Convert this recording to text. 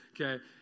Okay